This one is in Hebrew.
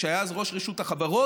שהיה אז ראש רשות החברות.